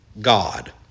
God